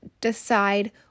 decide